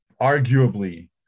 arguably